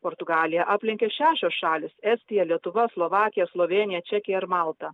portugaliją aplenkė šešios šalys estija lietuva slovakija slovėnija čekija ir malta